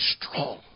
strong